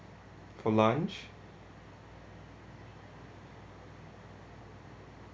for lunch